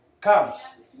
comes